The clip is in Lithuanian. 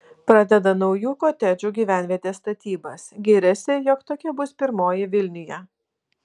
pradeda naujų kotedžų gyvenvietės statybas giriasi jog tokia bus pirmoji vilniuje